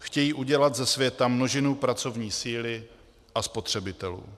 Chtějí udělat ze světa množinu pracovní síly a spotřebitelů.